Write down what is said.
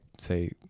say